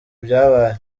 byabaye